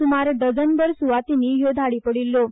सुमार डझनभर सुवातीनी ह्यो धाडी पडिल्ल्यो